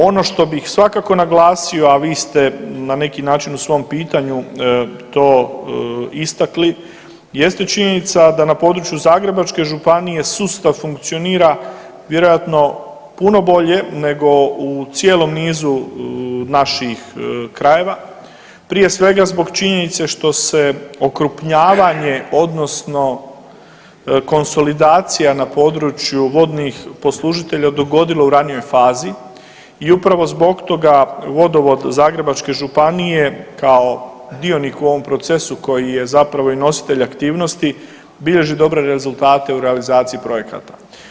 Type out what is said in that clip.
Ono što bih svakako naglasio, a vi ste na neki način u svom pitanju to istakli jeste činjenica da na području Zagrebačke županije sustav funkcionira vjerojatno puno bolje nego u cijelom nizu naših krajeva, prije svega zbog činjenice što se okrupnjavanje, odnosno konsolidacija na području vodnih poslužitelja dogodilo u ranijoj fazi i upravo zbog toga Vodovod Zagrebačke županije kao dionik u ovom procesu koji je zapravo i nositelj aktivnosti, bilježi dobre rezultate u realizaciji projekata.